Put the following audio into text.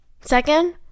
Second